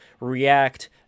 react